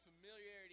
familiarity